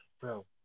bro